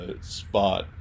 Spot